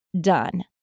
done